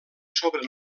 sobre